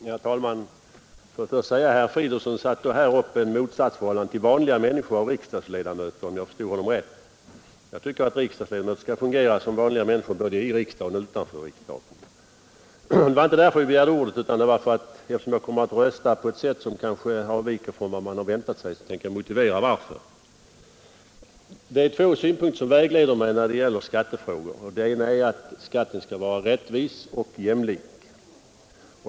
Herr talman! Om jag förstod herr Fridolfsson i Stockholm rätt ställde han upp ett motsatsförhållande mellan vanliga människor och riksdagsledamöter. Jag tycker att riksdagsledamöter skall fungera som vanliga människor både i och utanför riksdagen. Men det var egentligen inte för att säga detta som jag begärde ordet. Eftersom jag kommer att rösta på ett sätt som avviker från vad man kanske har väntat sig vill jag gärna motivera det. Två synpunkter vägleder mig i skattefrågor. Den ena är att skatten skall vara rättvis och jämlik.